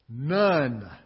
none